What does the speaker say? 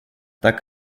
так